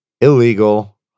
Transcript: Illegal